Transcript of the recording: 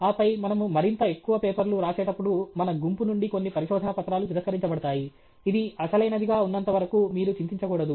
ఆపై మనము మరింత ఎక్కువ పేపర్లు వ్రాసేటప్పుడు మన గుంపు నుండి కొన్ని పరిశోదన పత్రాలు తిరస్కరించబడతాయి ఇది అసలైనదిగా ఉన్నంతవరకు మీరు చింతించకూడదు